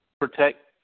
Protect